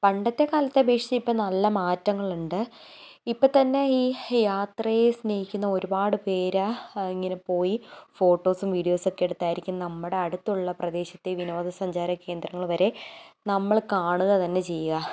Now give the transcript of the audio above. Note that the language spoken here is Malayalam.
പണ്ടത്തെ കാലത്ത് അപേക്ഷിച്ച് ഇപ്പോൾ നല്ല മാറ്റങ്ങളുണ്ട് ഇപ്പം തന്നെ ഈ യാത്രയെ സ്നേഹിക്കുന്ന ഒരുപാട് പേര് ഇങ്ങനെ പോയി ഫോട്ടോസും വീഡിയോസൊക്കെ എടുത്തായിരിക്കും നമ്മുടെ അടുത്തുള്ള പ്രദേശത്തെ വിനോദസഞ്ചാര കേന്ദ്രങ്ങൾ വരെ നമ്മൾ കാണുക തന്നെ ചെയ്യുക